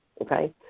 Okay